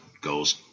goes